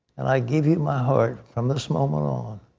and i give you my heart from this moment on.